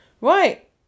Right